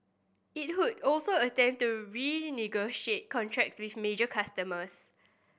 it would also attempt to renegotiate contracts with major customers